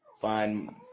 find